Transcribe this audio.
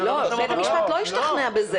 בית המשפט לא השתכנע בזה.